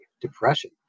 depression